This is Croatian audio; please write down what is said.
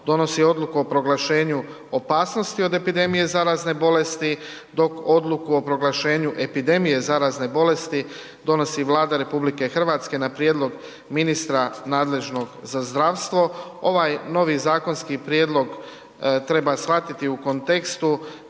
donosi odluku o proglašenju opasnosti od epidemije od zaraznih bolesti dok odluku o proglašenju epidemije zarazne bolesti donosi Vlada RH na prijedlog ministra nadležnog za zdravstvo. Ovaj novi zakonski prijedlog treba shvatiti u kontekstu